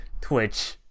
Twitch